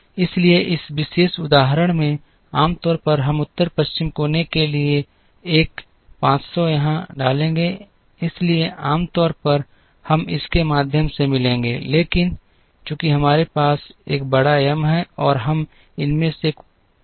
इसलिए इस विशेष उदाहरण में आमतौर पर हम उत्तर पश्चिम कोने के लिए एक 500 यहां डालेंगे इसलिए आमतौर पर हम इसके माध्यम से मिलेंगे लेकिन चूंकि हमारे पास एक बड़ा एम है और हम इनमें से कोई भी नहीं कर सकते हैं